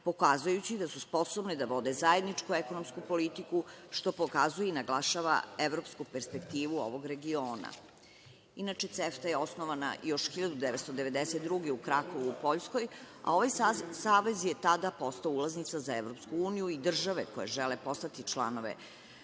pokazujući da su sposobne da vode zajedničku ekonomsku politiku, što pokazuje i naglašava evropsku perspektivu ovog regiona. Inače, CEFTA je osnovana još 1992. godine u Krakovu u Poljskoj, a ovaj savez je tada postao ulaznica za EU i države koje žele postati članovi